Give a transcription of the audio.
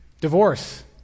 divorce